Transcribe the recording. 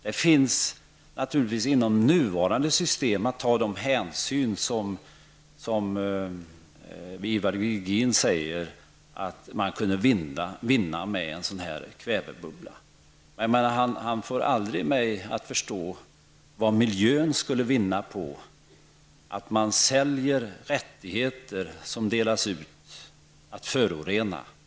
Det finns naturligtvis möjligheter att inom nuvarande system ta de hänsyn som Ivar Virgin säger att man kunde åstadkomma genom en sådan här kvävebubbla. Han får aldrig mig att förstå vad man skulle vinna på att man på en marknad säljer rätten att förorena.